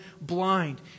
blind